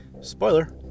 Spoiler